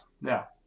Now